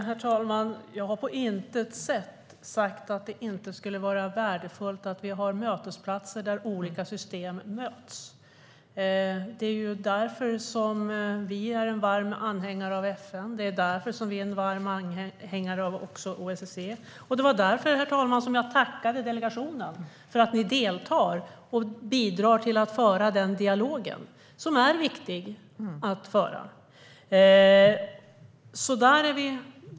Herr talman! Jag har på intet sätt sagt att det inte skulle vara värdefullt att vi har mötesplatser där olika system möts. Det är därför vi är en varm anhängare av FN och också av OSSE. Det var därför, herr talman, som jag tackade delegationen för att den deltar och bidrar till den dialog som är viktig att föra.